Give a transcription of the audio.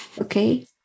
Okay